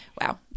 wow